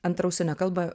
antrą užsienio kalbą